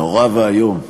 נורא ואיום.